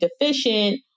deficient